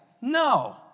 No